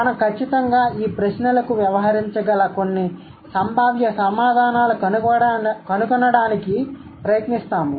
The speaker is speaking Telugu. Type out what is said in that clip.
మనం ఖచ్చితంగా ఈ ప్రశ్నలకు వ్యవహరించగల కొన్ని సంభావ్య సమాధానాలు కనుగొనడానికి ప్రయత్నిస్తాము